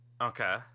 Okay